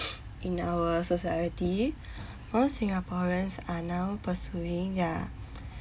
in our society all singaporeans are now pursuing their